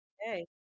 Hey